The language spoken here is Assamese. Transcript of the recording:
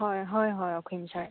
হয় হয় হয় অসীম চাৰ